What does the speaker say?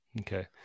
Okay